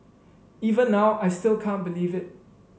even now I still can't believe it